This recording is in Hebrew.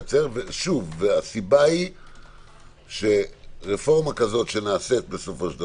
שוב - הסיבה היא שרפורמה כזו שנעשית בסופו של דבר,